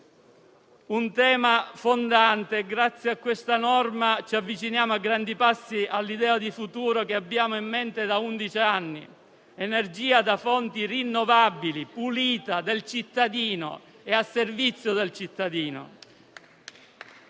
un tema fondante. Grazie a questa norma ci avviciniamo a grandi passi all'idea di futuro che abbiamo in mente da undici anni: energia pulita da fonti rinnovabili del cittadino e a servizio dello stesso.